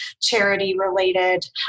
charity-related